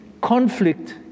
conflict